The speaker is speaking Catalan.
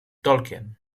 tolkien